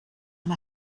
and